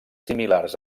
similars